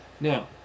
Now